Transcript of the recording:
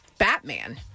Batman